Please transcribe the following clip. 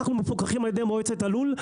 אנחנו מפוקחים על ידי מועצת הלול.